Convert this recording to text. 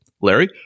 Larry